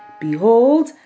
Behold